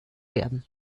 werden